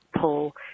pull